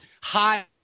high